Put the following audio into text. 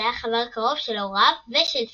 שהיה חבר קרוב של הוריו ושל סיריוס,